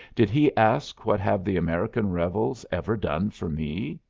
did he ask what have the american rebels ever done for me?